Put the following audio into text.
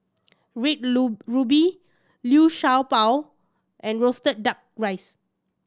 red ruby Liu Sha Bao and roasted Duck Rice